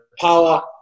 power